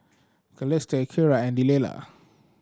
Celeste Kiera and Delila